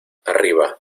arriba